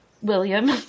William